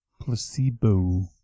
Placebo